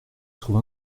trouve